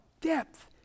depth